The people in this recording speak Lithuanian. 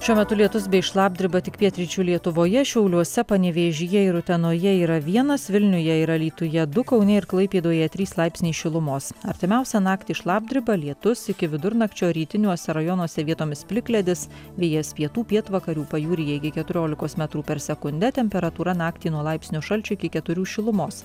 šiuo metu lietus bei šlapdriba tik pietryčių lietuvoje šiauliuose panevėžyje ir utenoje yra vienas vilniuje ir alytuje du kaune ir klaipėdoje trys laipsniai šilumos artimiausią naktį šlapdriba lietus iki vidurnakčio rytiniuose rajonuose vietomis plikledis vėjas pietų pietvakarių pajūryje iki keturiolikos metrų per sekundę temperatūra naktį nuo laipsnio šalčio iki keturių šilumos